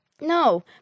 No